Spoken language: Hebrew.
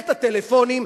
את הטלפונים,